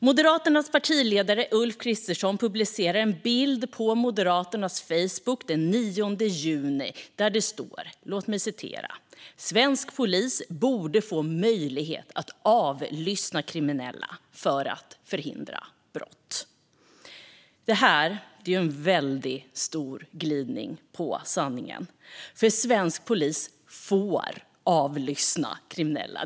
Moderaternas partiledare Ulf Kristersson publicerade en bild på Moderaternas Facebooksida den 9 juni där det stod följande: "Svensk polis borde få möjlighet att avlyssna gängkriminella för att hindra brott." Det här är en väldigt stor glidning på sanningsskalan, för svensk polis får avlyssna kriminella.